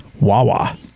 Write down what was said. Wawa